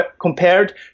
compared